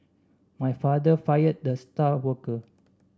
my father fired the star worker